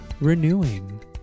renewing